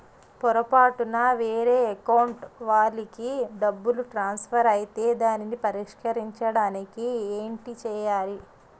పొరపాటున వేరే అకౌంట్ వాలికి డబ్బు ట్రాన్సఫర్ ఐతే దానిని పరిష్కరించడానికి ఏంటి చేయాలి?